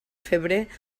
febrer